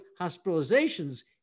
hospitalizations